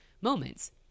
moments